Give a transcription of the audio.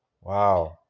Wow